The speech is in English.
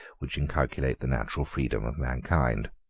which inculcate the natural freedom of mankind.